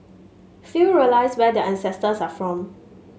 few realise where their ancestors are from